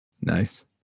Nice